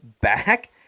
back